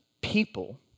people